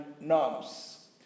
norms